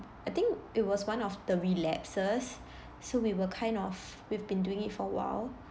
I think it was one of the relapses so we were kind of we've been doing it for a while